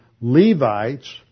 Levites